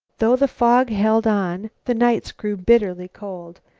though the fog held on, the nights grew bitterly cold.